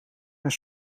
naar